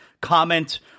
comment